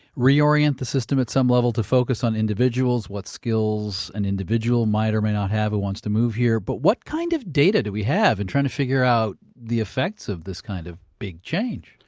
reorient the system at some level to focus on individuals, what skills an individual might or might not have who wants to move here. but what kind of data do we have in trying to figure out the effects of this kind of big change?